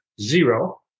zero